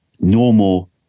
normal